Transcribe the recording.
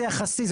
זה יחסי,